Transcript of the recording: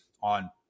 on